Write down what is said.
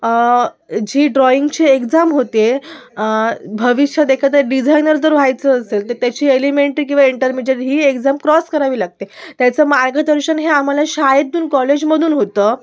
जी ड्राइंगची एक्झाम होते भविष्यात एखादं डिझाइनर जर व्हायचं असेल तर त्याची एलिमेंट्री किंवा इंटर म्हणजे ही एक्झाम क्रॉस करावी लागते त्याचं मार्गदर्शन हे आम्हाला शाळेतून कॉलेजमधून होतं